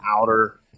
outer